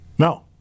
No